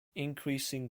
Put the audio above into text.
increasing